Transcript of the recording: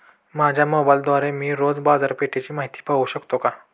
माझ्या मोबाइलद्वारे मी रोज बाजारपेठेची माहिती पाहू शकतो का?